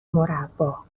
مربّا